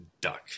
Duck